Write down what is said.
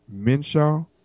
Minshaw